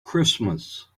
christmas